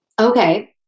Okay